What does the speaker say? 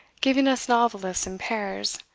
giving us novelists in pairs,